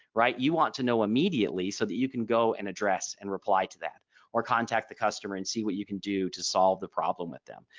right. you want to know immediately so that you can go and address and reply to that or contact the customer and see what you can do to solve the problem with them.